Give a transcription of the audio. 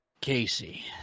Casey